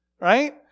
right